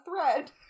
thread-